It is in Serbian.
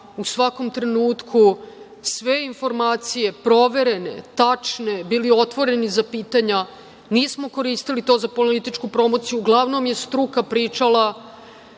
u svakom trenutku sve informacije proverene, tačne, bili otvoreni za pitanja, nismo koristili to za političku promociju, uglavnom je struka pričala.